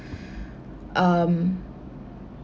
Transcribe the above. um